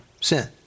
sin